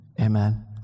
amen